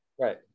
Right